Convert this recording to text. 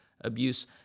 abuse